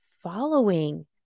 Following